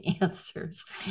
answers